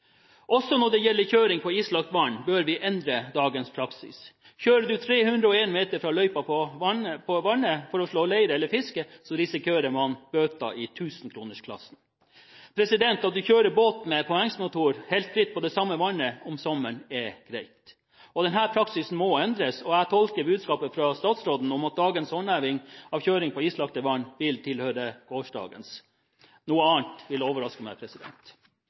Også når det gjelder kjøring på islagt vann, bør vi endre dagens praksis. Kjører du 301 meter fra løypa på vannet for å slå leir eller fiske, risikerer du bøter i tusenkronersklassen. At du kjører båt med påhengsmotor helt fritt på det samme vannet om sommeren, er greit. Denne praksisen må endres, og jeg tolker budskapet fra statsråden dit hen at dagens håndheving av kjøring på islagte vann, vil tilhøre gårsdagen. Noe annet vil overraske meg.